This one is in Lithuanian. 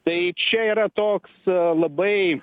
tai čia yra toks labai